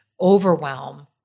overwhelm